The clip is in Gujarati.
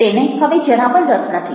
તેને હવે જરા પણ રસ નથી